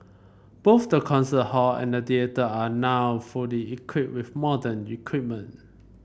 both the concert hall and theatre are now fully equipped with modern equipment